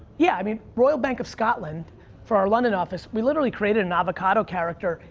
yeah, i mean, royal bank of scotland for our london office, we literally created an avocado character.